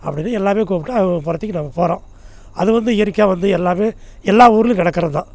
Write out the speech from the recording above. அப்படின்னு எல்லாமே கூப்பிட்டு அவங்க போறதிக்கு நம்ம போகிறோம் அது வந்து இயற்கையாக வந்து எல்லாமே எல்லா ஊர்லேயும் நடக்கறதுதான்